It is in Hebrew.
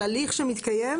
על הליך שמתקיים?